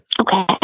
Okay